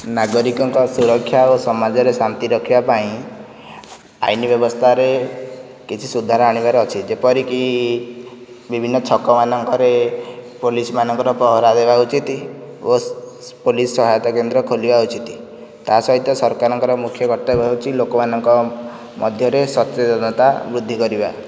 ନାଗରିକଙ୍କ ସୁରକ୍ଷା ଓ ସମାଜରେ ଶାନ୍ତି ରଖିବା ପାଇଁ ଆଇନ ବ୍ୟବସ୍ଥାରେ କିଛି ସୁଧାର ଆଣିବାର ଅଛି ଯେପରିକି ବିଭିନ୍ନ ଛକ ମାନଙ୍କରେ ପୋଲିସ ମାନଙ୍କର ପହରା ଦେବା ଉଚିତ ଓ ପୋଲିସ ସହାୟତା କେନ୍ଦ୍ର ଖୋଲିବା ଉଚିତ ତା'ସହିତ ସରକାରଙ୍କର ମୁଖ୍ୟ କର୍ତ୍ତବ୍ୟ ହେଉଛି ଲୋକ ମାନଙ୍କ ମଧ୍ୟରେ ସଚେତନତା ବୃଦ୍ଧି କରିବା